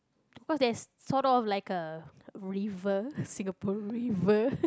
cause there's sort of like a river Singapore River